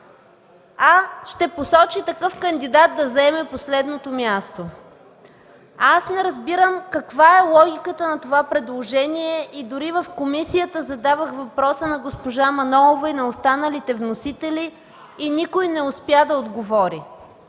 а ще посочи такъв да заеме последното място. Не разбирам каква е логиката на това предложение. Дори в комисията зададох въпроса на госпожа Манолова и на останалите вносители – никой не успя да отговори.